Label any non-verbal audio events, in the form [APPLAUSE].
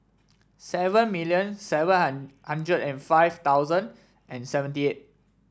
seven million seven [UNINTELLIGIBLE] hundred and five thousand and seventy eight